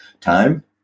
time